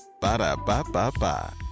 Ba-da-ba-ba-ba